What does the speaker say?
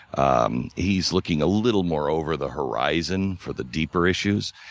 um he's looking a little more over the horizon for the deeper issues.